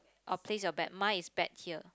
or place your bet mine is bet here